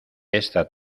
esta